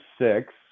six